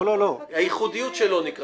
הייחודיות שלו.